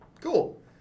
cool